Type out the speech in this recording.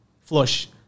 flush